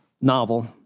novel